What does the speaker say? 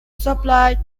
supplied